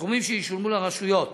הסכומים שישולמו לרשויות